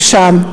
הוא שם.